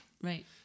right